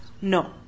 No